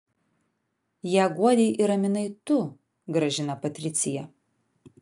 ją guodei ir raminai tu gražina patricija